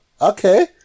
Okay